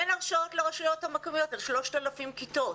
אין הרשאות לרשויות המקומיות על 3,000 כיתות.